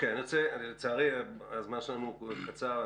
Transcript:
לצערי, הזמן שלנו קצר.